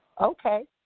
okay